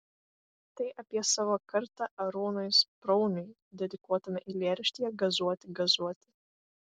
tai apie savo kartą arūnui sprauniui dedikuotame eilėraštyje gazuoti gazuoti